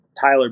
Tyler